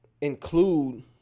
include